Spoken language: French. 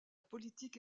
politique